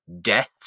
death